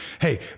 hey